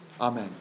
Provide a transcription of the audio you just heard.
Amen